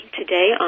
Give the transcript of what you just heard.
today